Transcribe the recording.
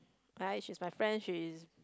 I she's my friend she is